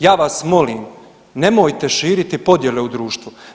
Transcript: Ja vas molim, nemojte širiti podjele u društvu.